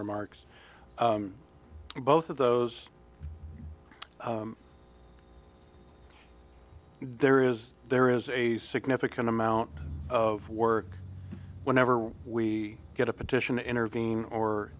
remarks both of those there is there is a significant amount of work whenever we get a petition to intervene or